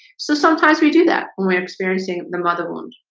so sometimes we do that when we're experiencing the mother wound